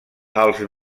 els